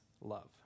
love